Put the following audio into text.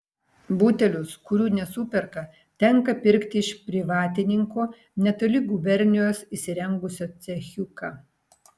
butelius kurių nesuperka tenka pirkti iš privatininko netoli gubernijos įsirengusio cechiuką